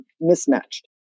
mismatched